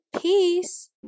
Peace